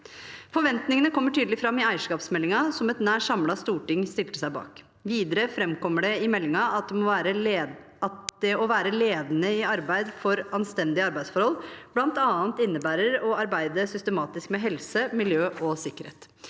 Forventningene kommer tydelig fram i eierskapsmeldingen, som et nær samlet storting stilte seg bak. Videre framkommer det i meldingen at det å være ledende i arbeidet for anstendige arbeidsforhold bl.a. innebærer å arbeide systematisk med helse, miljø og sikkerhet.